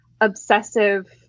obsessive